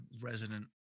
resident